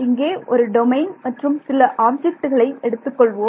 இங்கே ஒரு டொமைன் மற்றும் சில ஆப்ஜெக்ட்டுகளை எடுத்துக்கொள்வோம்